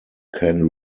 can